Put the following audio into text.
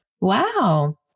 Wow